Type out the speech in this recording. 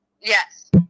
Yes